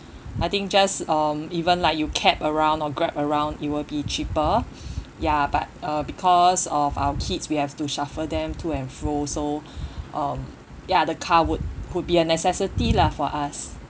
I think just um even like you cab around or grab around it will be cheaper ya but uh because of our kids we have to shuffle them to and fro so um ya the car would would be a necessity lah for us